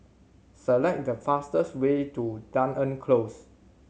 select the fastest way to Dunearn Close